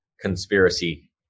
conspiracy